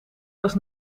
was